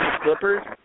Clippers